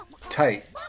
Tight